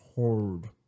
hard